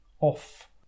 off